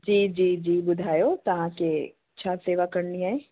जी जी जी ॿुधायो तव्हां खे छा सेवा करिणी आहे